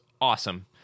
awesome